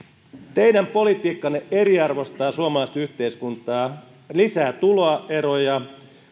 teidän politiikkaanne eriarvoistaa suomalaista yhteiskuntaa lisää tuloeroja